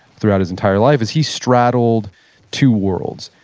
throughout his entire life, is he straddled two worlds.